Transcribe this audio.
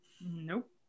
nope